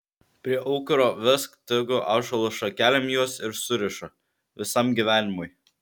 prie aukuro vesk tegu ąžuolo šakelėm juos ir suriša visam gyvenimui